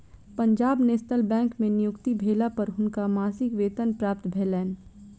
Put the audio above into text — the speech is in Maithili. पंजाब नेशनल बैंक में नियुक्ति भेला पर हुनका मासिक वेतन प्राप्त भेलैन